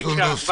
סונדוס,